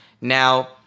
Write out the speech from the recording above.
now